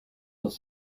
dans